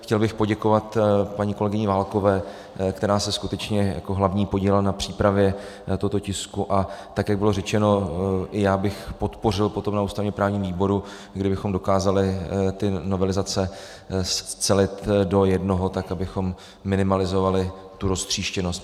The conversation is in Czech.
Chtěl bych poděkovat paní kolegyni Válkové, která se skutečně jako hlavní podílela na přípravě tohoto tisku, a tak jak bylo řečeno, i já bych podpořil potom na ústavněprávním výboru, kde bychom dokázali ty novelizace scelit do jednoho, tak abychom minimalizovali tu roztříštěnost.